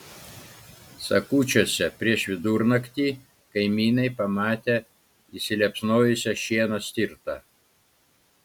sakūčiuose prieš vidurnaktį kaimynai pamatė įsiliepsnojusią šieno stirtą